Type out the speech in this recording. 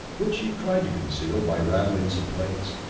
which she tried to conceal by rattling some plates.